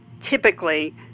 typically